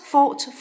Fought